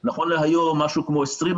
ואין שום תמיכה,